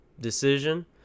decision